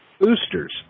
boosters